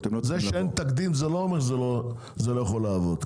--- זה שאין תקדים לא אומר שזה לא יכול לעבוד,